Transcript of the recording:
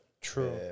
True